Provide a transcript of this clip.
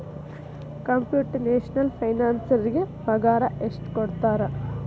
Computational ಫೈನಾನ್ಸರಿಗೆ ಪಗಾರ ಎಷ್ಟ್ ಕೊಡ್ತಾರ?